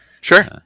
sure